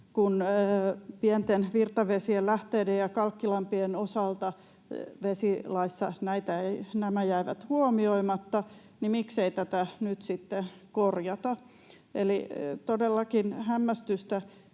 kun pienten virtavesien, lähteiden ja kalkkilampien osalta vesilaissa nämä jäivät huomioimatta, niin miksei tätä nyt sitten korjata. Eli todellakin hämmästystä